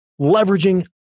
leveraging